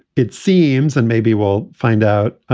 it seems, and maybe we'll find out.